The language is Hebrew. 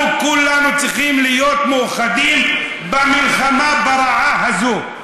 אנחנו כולנו צריכים להיות מאוחדים במלחמה ברעה הזאת.